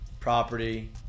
property